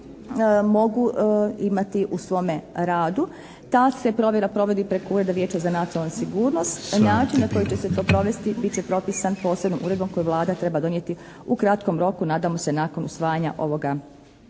mogu imati u svome radu. Ta se provjera provodi preko uredbe Vijeća za nacionalnu sigurnost. Način na koji će se to provesti bit će propisan posebnom uredbom koju Vlada treba donijeti u kratkom roku, nadamo se nakon usvajanja ovoga